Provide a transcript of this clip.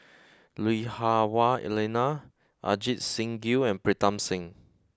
Lui Hah Wah Elena Ajit Singh Gill and Pritam Singh